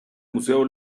museo